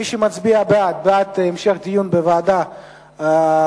מי שמצביע בעד, בעד המשך דיון בוועדת העבודה,